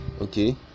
okay